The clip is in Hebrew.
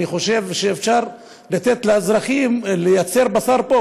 אני חושב שאפשר לתת לאזרחים לייצר בשר פה,